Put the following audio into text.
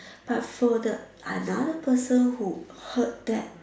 but for the another person who heard that